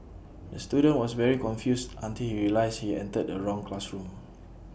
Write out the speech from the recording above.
the student was very confused until he realised he entered the wrong classroom